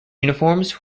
uniforms